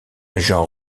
jean